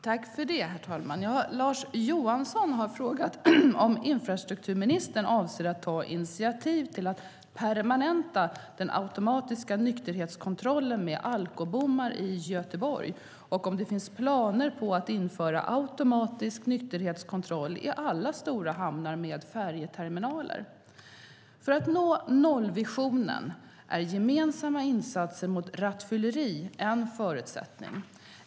Herr talman! Lars Johansson har frågat om infrastrukturministern avser att ta initiativ till att permanenta den automatiska nykterhetskontrollen med alkobommar i Göteborg och om det finns planer på att införa automatisk nykterhetskontroll i alla stora hamnar med färjeterminaler. För att nå nollvisionen är gemensamma insatser mot rattfylleri en förutsättning.